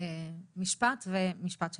משפט ומשפט שלך.